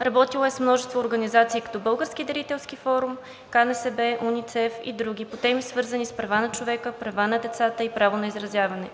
Работила е с множество организации като Български дарителски форум, КНСБ, УНИЦЕФ и други по теми, свързани с правата на човека, правата на децата и правото на изразяване.